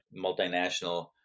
multinational